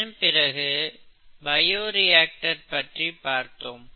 இதன்பிறகு பயோரியாக்டர் பற்றி பார்த்தோம்